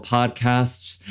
Podcasts